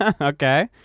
Okay